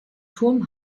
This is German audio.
turm